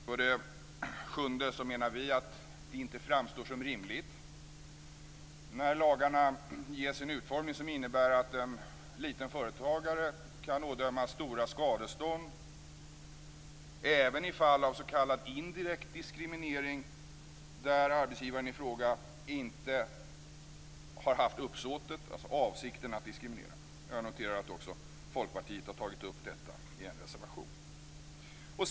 För det sjätte menar vi att det inte framstår som rimligt när lagarna ges en utformning som innebär att en liten företagare kan ådömas stora skadestånd även i fall av s.k. indirekt diskriminering där arbetsgivaren i fråga inte har haft uppsåtet, alltså avsikten, att diskriminera. Jag noterar att också Folkpartiet har tagit upp detta i en reservation.